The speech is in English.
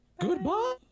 Goodbye